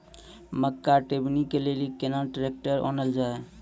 मक्का टेबनी के लेली केना ट्रैक्टर ओनल जाय?